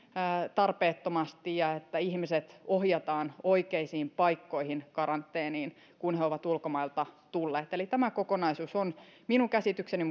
tarpeettomasti ja että ihmiset ohjataan oikeisiin paikkoihin karanteeniin kun he ovat ulkomailta tulleet eli tämä kokonaisuus on minun käsitykseni